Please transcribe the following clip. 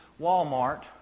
Walmart